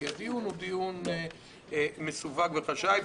כי הדיון הוא דיון מסווג וחשאי,